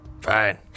Fine